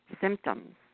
symptoms